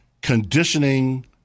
conditioning